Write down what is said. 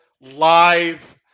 live